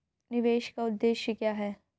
निवेश का उद्देश्य क्या है?